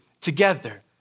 together